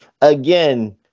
again